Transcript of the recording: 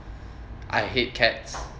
I hate cats